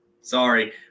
Sorry